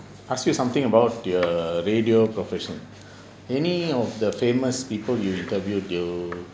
ask you something about err radio profession any of the famous people you interviewed you